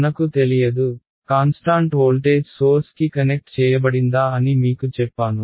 మనకు తెలియదు constant voltage సోర్స్కి కనెక్ట్ చేయబడిందా అని మీకు చెప్పాను